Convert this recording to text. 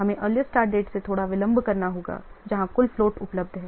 हमें earliest start date से थोड़ा विलंब करना होगा जहां कुल फ्लोट उपलब्ध हैं